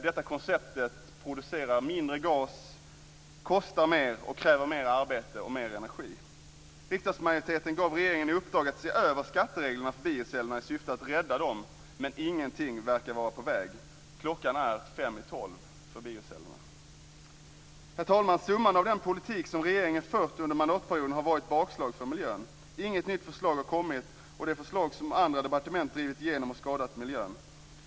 Det konceptet producerar mindre gas, kostar mer och kräver mer arbete och mer energi. Riksdagsmajoriteten gav regeringen i uppdrag att se över skattereglerna för biocellerna i syfte att rädda dem, men ingenting verkar vara på väg. Klockan är fem i tolv för biocellerna. Herr talman! Summan av den politik som regeringen har fört under mandatperioden har varit ett bakslag för miljön. Inget nytt förslag har kommit, och de förslag som andra departement har drivit igenom har skadat miljön.